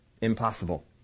impossible